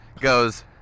goes